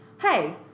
hey